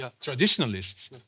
traditionalists